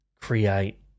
create